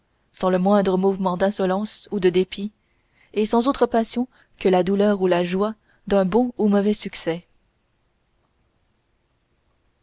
sans le moindre mouvement d'insolence ou de dépit et sans autre passion que la douleur ou la joie d'un bon ou mauvais succès